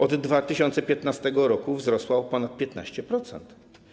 Od 2015 r. wzrosła o ponad 15%.